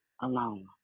alone